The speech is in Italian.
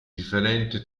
differente